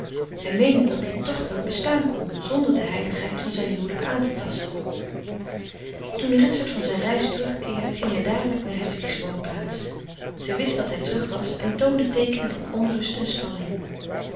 hij meende dat die toch wel bestaan kon zonder de heiligheid van zijn huwelijk aan te tasten toen ritsert van zijn reis terugkeerde ging hij dadelijk naar hedwigs woonplaats zij wist dat hij terug was en toonde teekenen van onrust en spanning